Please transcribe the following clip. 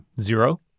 Zero